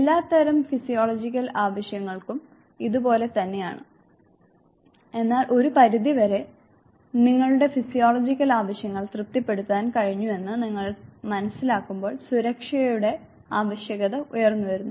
എല്ലാത്തരം ഫിസിയോളജിക്കൽ ആവശ്യങ്ങൾക്കും ഇതുപോലെ തന്നെയാണ് എന്നാൽ ഒരു പരിധിവരെ നിങ്ങളുടെ ഫിസിയോളജിക്കൽ ആവശ്യങ്ങൾ തൃപ്തിപ്പെടുത്താൻ കഴിഞ്ഞുവെന്ന് നിങ്ങൾ മനസ്സിലാക്കുമ്പോൾ സുരക്ഷയുടെ ആവശ്യകത ഉയർന്നുവരുന്നു